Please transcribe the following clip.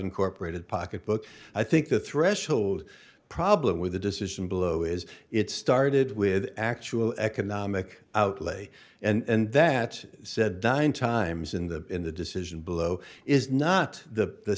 incorporated pocketbook i think the threshold problem with the decision below is it started with actual economic outlay and that said dying times in the in the decision below is not the